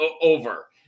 over